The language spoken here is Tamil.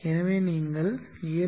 எனவே நீங்கள் 7